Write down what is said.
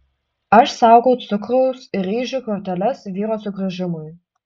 aš saugau cukraus ir ryžių korteles vyro sugrįžimui